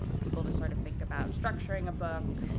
people to, sort of, think about structuring a book.